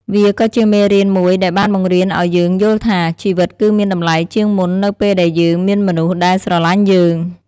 វាក៏ជាមេរៀនមួយដែលបានបង្រៀនឱ្យយើងយល់ថា ជីវិតគឺមានតម្លៃជាងមុននៅពេលដែលយើងមានមនុស្សដែលស្រលាញ់យើង។